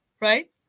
Right